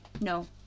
no